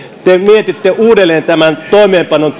te mietitte uudelleen tämän toimeenpanon